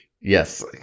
Yes